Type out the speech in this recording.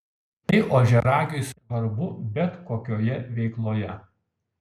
tai ožiaragiui svarbu bet kokioje veikloje